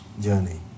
journey